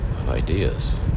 Ideas